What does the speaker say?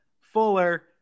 Fuller